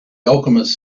alchemist